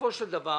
ובסופו של דבר,